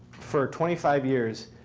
for twenty five years,